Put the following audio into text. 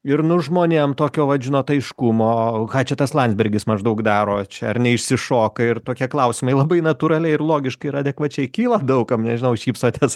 ir nu žmonėm tokio vat žinot aiškumo ką čia tas landsbergis maždaug daro čia ar neišsišoka ir tokie klausimai labai natūraliai ir logiškai ir adekvačiai kyla daug kam nežinau šypsotės